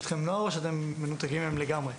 יש איתכם נוער או שאתם מנותקים מהם לגמרי.